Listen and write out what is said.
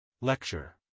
Lecture